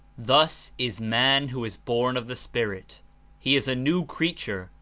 thus is man who is born of the spirit he is a new creature,